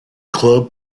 club